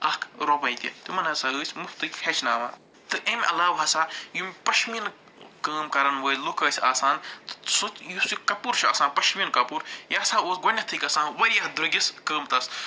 اَکھ رۄپَے تہِ تِمَن ہسا ٲسۍ مُفتٕے ہیٚچھناوان تہٕ اَمہِ علاوٕ ہسا یِم پشمیٖنہٕ کٲم کَرَن وٲلۍ لُکھ ٲسۍ آسان تہٕ سُہ تہِ یُس یہِ کَپُر چھُ آسان پَشمیٖنہٕ کَپُر یہِ ہسا اوس گۄڈٕنٮ۪تھٕے گژھان واریاہ دٔرٛگِس قۭمتَس